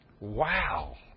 Wow